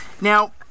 Now